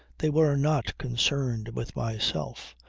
they were not concerned with myself,